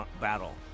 battle